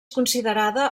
considerada